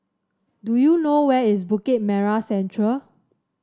do you know where is Bukit Merah Central